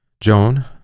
Joan